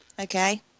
Okay